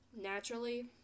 Naturally